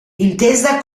intesa